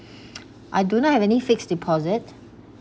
I do not have any fixed deposit